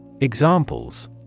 Examples